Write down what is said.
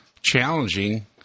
challenging